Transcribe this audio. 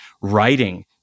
writing